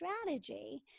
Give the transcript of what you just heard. strategy